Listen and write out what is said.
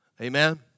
Amen